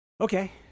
okay